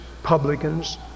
publicans